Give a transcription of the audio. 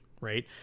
right